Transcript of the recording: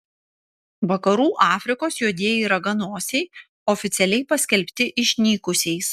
vakarų afrikos juodieji raganosiai oficialiai paskelbti išnykusiais